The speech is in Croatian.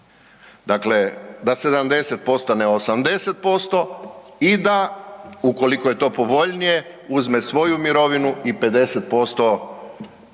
dakle da 70 postane 80% i da ukoliko je to povoljnije uzme svoju mirovinu i 50% preminulog